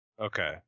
Okay